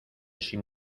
sin